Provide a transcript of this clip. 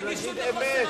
זה חוסר אמינות.